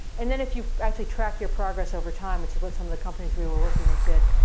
and then if you actually track your progress over time, which is what some of the companies we were working with did,